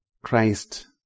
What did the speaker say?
Christ